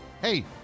Hey